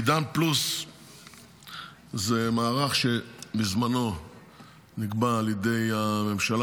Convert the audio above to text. עידן פלוס זה מערך שבזמנו נקבע על ידי הממשלה